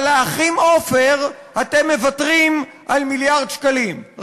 אבל לאחים עופר אתם מוותרים על מיליארד שקלים,